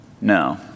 No